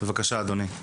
בבקשה, אדוני.